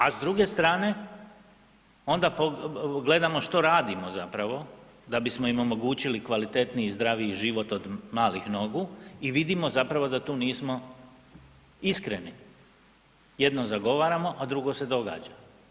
A s druge strane, onda gledamo što radimo zapravo da bismo im omogućili kvalitetniji i zdraviji život od malih nogu i vidimo da tu nismo iskreni, jedno zagovaramo, a drugo se događa.